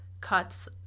cuts